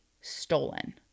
stolen